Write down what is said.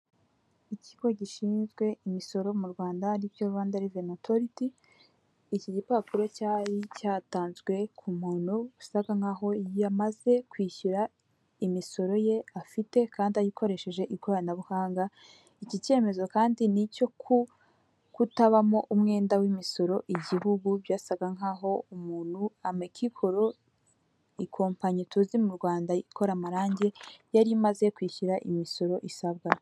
Ikigo gishinzwe imisoro mu Rwanda aribyo Rwanda Revenu Atoriti, iki gipapuro cyari cyatanzwe ku muntu wasaga nk'aho yamaze kwishyura imisoro ye afite kandi agikoresheje ikoranabuhanga, iki cyemezo kandi ni icyo ku kutabamo umwenda w'imisoro igihugu byasaga nk'aho umuntu amekicoro ikompanyi tuzi mu Rwanda ikora amarangi yarimaze kwishyura imisoro isabwa.